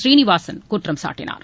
சீனிவாசன் குற்றம்சாட்டினார்